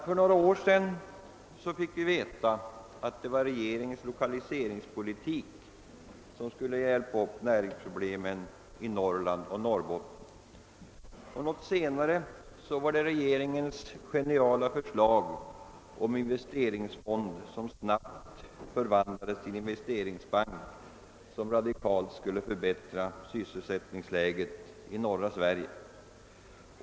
För några år sedan fick vi veta att regeringens lokaliseringspolitik skulle hjälpa upp näringsproblemen i Norrland och Norrbotten. Något senare var det regeringens geniala förslag om investeringsfond, vilken snabbt förvand lades till investeringsbank, som radikalt skulle förbättra sysselsättningsläget i norra Sverige.